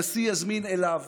הנשיא יזמין אליו